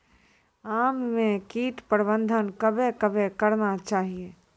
आम मे कीट प्रबंधन कबे कबे करना चाहिए?